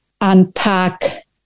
unpack